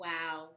Wow